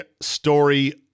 story